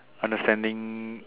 understanding